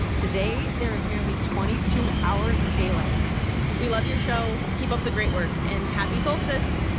today there is nearly twenty two hours of daylight we love your show. keep up the great work. and happy solstice